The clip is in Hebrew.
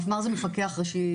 מפמ"ר זה מפקח ראשי.